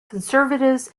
conservatives